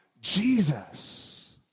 Jesus